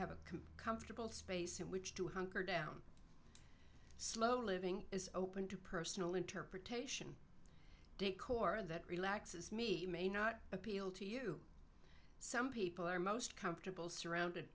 have a complete space in which to hunker down slow living is open to personal interpretation decor that relaxes me may not appeal to you some people are most comfortable surrounded